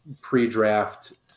pre-draft